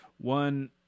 One